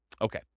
Okay